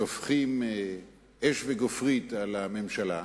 שופכים אש וגופרית על הממשלה,